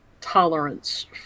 tolerance